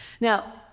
Now